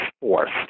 forced